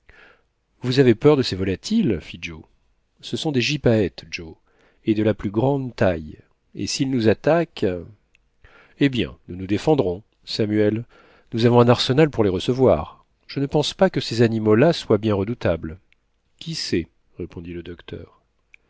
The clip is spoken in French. vous avez peur de ces volatiles fit joe ce sont des gypaètes joe et de la plus grande taille et s'ils nous attaquent eh bien nous nous défendrons samuel nous avons un arsenal pour les recevoir je ne pense pas que ces animaux-là soient bien redoutables qui sait répondit le docteur